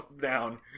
down